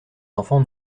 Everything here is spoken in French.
enfants